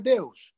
Deus